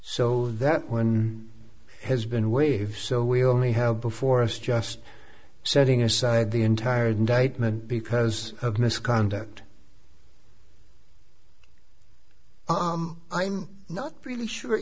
so that one has been wave so we only have before us just setting aside the entire date men because of misconduct i'm not really sure